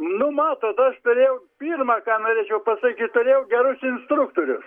nu matot aš turėjau pirma ką norėčiau pasakyt turėjau gerus instruktorius